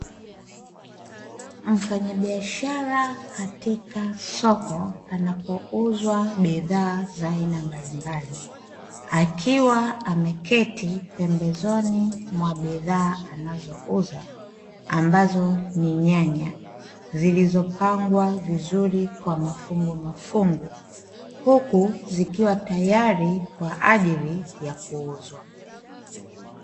Mfanyabiashara katika soko panapouzwa bidhaa za aina mbalimbali, akiwa ameketi pembezoni mwa bidhaa anazouza, ambazo ni nyanya zilizopangwa vizuri kwa mafungumafungu, huku zikiwa tayari kwa ajili ya kuuzwa.